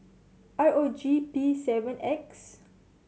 R O G P seven X